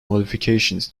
modifications